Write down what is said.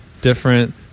different